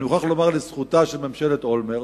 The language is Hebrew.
אני מוכרח לומר לזכותה של ממשלת אולמרט